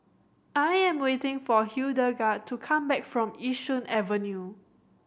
I am waiting for Hildegard to come back from Yishun Avenue